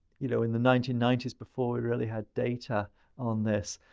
you know, in the nineteen ninety s before we really had data on this,